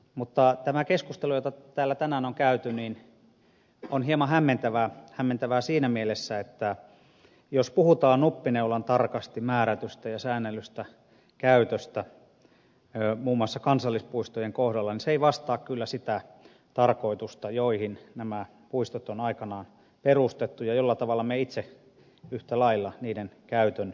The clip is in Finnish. mutta tämä keskustelu jota täällä tänään on käyty on hieman hämmentävää hämmentävää siinä mielessä että jos puhutaan nuppineulan tarkasti määrätystä ja säännellystä käytöstä muun muassa kansallispuistojen kohdalla niin se ei vastaa kyllä sitä tarkoitusta johon nämä puistot on aikanaan perustettu ja tapaa jolla me itse yhtä lailla niiden käytön ymmärrämme